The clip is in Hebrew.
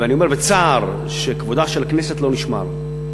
ואני אומר בצער שכבודה של הכנסת לא נשמר.